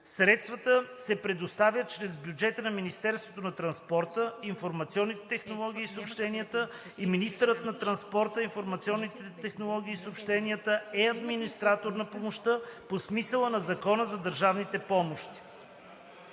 Средствата се предоставят чрез бюджета на Министерството на транспорта, информационните технологии и съобщенията и министърът на транспорта, информационните технологии и съобщенията е администратор на помощта по смисъла на Закона за държавните помощи.“